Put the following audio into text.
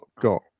got